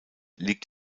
liegt